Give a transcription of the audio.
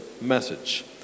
message